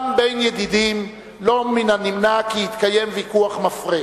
גם בין ידידים לא מן הנמנע כי יתקיים ויכוח מפרה.